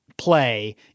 play